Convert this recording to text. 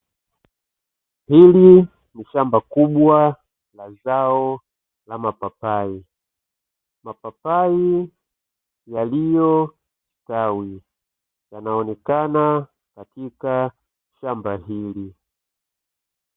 Hili ni shamba kubwa la zao la mapapai, mapapai yaliyostawi yanaonekana katika shamba hili.